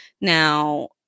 Now